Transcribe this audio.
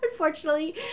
Unfortunately